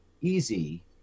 easy